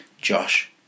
Josh